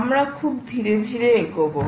আমরা খুব ধীরে ধীরে এগোবো